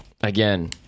again